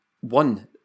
one